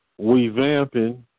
revamping